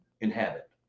inhabit